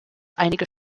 einige